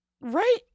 Right